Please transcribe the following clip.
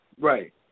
right